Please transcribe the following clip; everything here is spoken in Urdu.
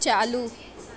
چالو